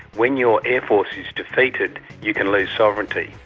when your air force is defeated, you can lose sovereignty.